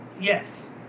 Yes